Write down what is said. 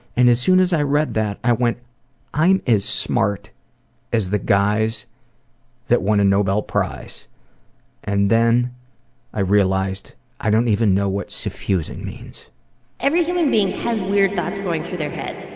and as soon as i read that i went i'm as smart as the guys that won a noble prize and then i realized i don't even know what suffusing means. intro every human being has weird thoughts going through their head